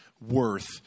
worth